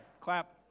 Clap